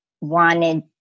wanted